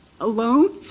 alone